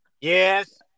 Yes